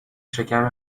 شکم